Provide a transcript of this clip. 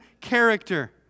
character